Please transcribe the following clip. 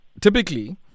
Typically